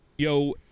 Yo